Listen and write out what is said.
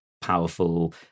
powerful